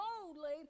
boldly